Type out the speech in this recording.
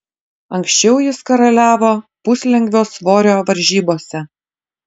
anksčiau jis karaliavo puslengvio svorio varžybose